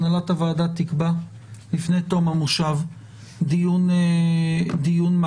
הנהלת הוועדה תקבע לפני תום המושב דיון מעקב.